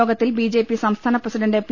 യോഗത്തിൽ ബിജെപ്പി സംസ്യ്ഥാന president P